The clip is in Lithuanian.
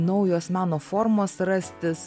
naujos meno formos rastis